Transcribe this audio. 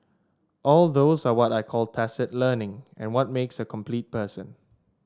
all those are what I call tacit learning and what makes a complete person